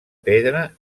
pedra